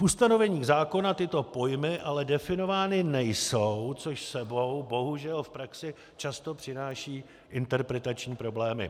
V ustanoveních zákona tyto pojmy ale definovány nejsou, což s sebou bohužel v praxi často přináší interpretační problémy.